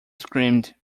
screamed